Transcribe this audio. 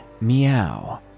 meow